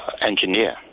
engineer